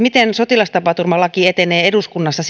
miten sotilastapaturmalaki etenee eduskunnassa